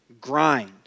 grind